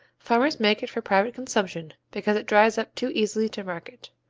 farmers make it for private consumption, because it dries up too easily to market.